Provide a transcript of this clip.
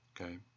okay